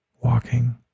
walking